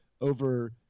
over